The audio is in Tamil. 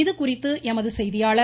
இதுகுறித்து எமது செய்தியாளர்